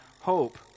hope